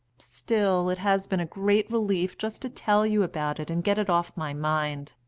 still, it has been a great relief just to tell you about it and get it off my mind.